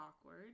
awkward